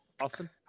Awesome